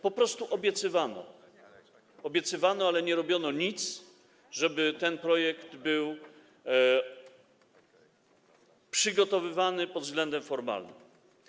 Po prostu obiecywano, obiecywano, ale nie robiono nic, żeby ten projekt był przygotowywany pod względem formalnym.